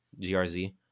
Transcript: GRZ